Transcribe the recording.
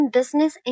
Business